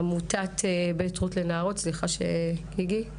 מעמותת בית רות לנערות, בבקשה.